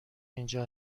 اینجا